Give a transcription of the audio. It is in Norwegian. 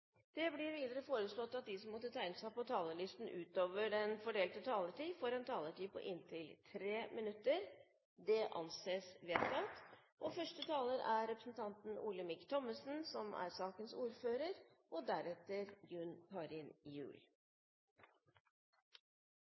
Videre blir det foreslått at de som måtte tegne seg på talerlisten utover den fordelte taletid, får en taletid på inntil 3 minutter. – Det anses vedtatt. Ungdoms-OL 2016 er en gladsak. Det er